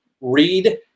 read